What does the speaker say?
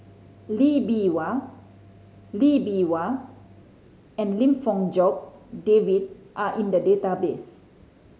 Lee Bee Wah Lee Bee Wah and Lim Fong Jock David are in the database